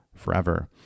Forever